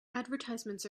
advertisements